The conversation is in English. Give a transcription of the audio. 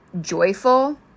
joyful